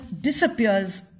disappears